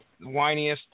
whiniest